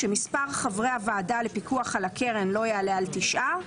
שמספר חברי הוועדה לפיקוח על הקרן לא יעלה על תשעה.